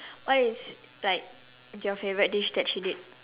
what is like your favourite dish that she did